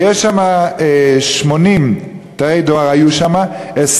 היו שם 80 תאי דואר 24